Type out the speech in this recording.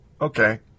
Okay